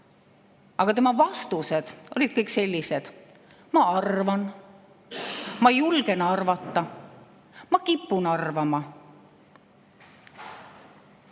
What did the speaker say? aga tema vastused olid kõik sellised: "Ma arvan … Ma julgen arvata … Ma kipun arvama